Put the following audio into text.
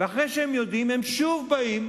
ואחרי שהם יודעים הם שוב באים.